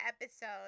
episode